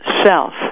self